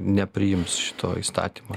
nepriims šito įstatymo